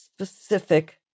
specific